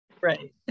Right